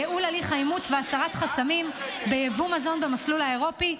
ייעול הליך האימוץ והסרת חסמים ביבוא מזון במסלול האירופי),